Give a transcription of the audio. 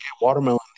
watermelon